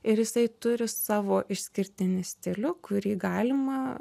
ir jisai turi savo išskirtinį stilių kurį galima